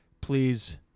please